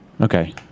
Okay